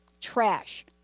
trash